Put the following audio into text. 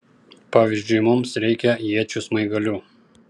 pavyzdžiui mums reikia iečių smaigalių